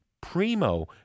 primo